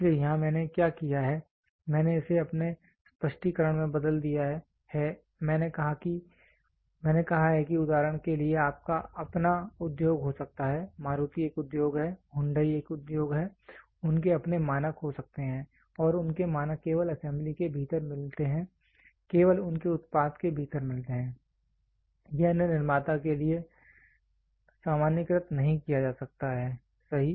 इसलिए यहाँ मैंने क्या किया है मैंने इसे अपने स्पष्टीकरण में बदल दिया है मैंने कहा है कि उदाहरण के लिए आपका अपना उद्योग हो सकता है मारुति एक उद्योग है हुंडई एक उद्योग है उनके अपने मानक हो सकते हैं और उनके मानक केवल असेंबली के भीतर मिलते हैं केवल उनके उत्पाद के भीतर मिलते हैं यह अन्य निर्माता के लिए सामान्यीकृत नहीं किया जा सकता है सही